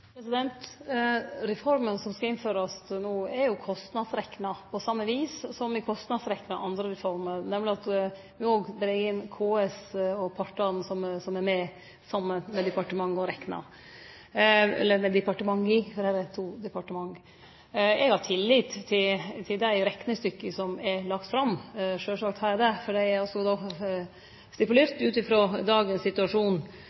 Reforma som skal innførast no, er kostnadsrekna på same vis som me kostnadsreknar andre reformer, nemleg ved at me òg dreg inn KS og partane som er med, saman med departementa, og reknar. Eg har tillit til dei reknestykka som er lagde fram, sjølvsagt har eg det, for dei er stipulerte ut frå dagens situasjon.